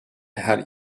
her